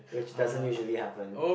which doesn't usually happen